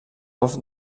golf